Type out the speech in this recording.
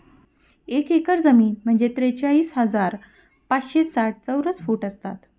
एक एकर जमीन म्हणजे त्रेचाळीस हजार पाचशे साठ चौरस फूट असतात